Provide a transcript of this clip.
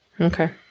Okay